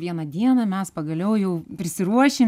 vieną dieną mes pagaliau jau prisiruošim